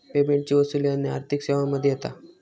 पेमेंटची वसूली अन्य आर्थिक सेवांमध्ये येता